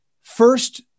first